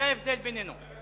זה ההבדל בינינו.